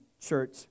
church